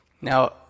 Now